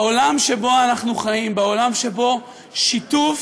בעולם שבו אנחנו חיים, בעולם שבו שיתוף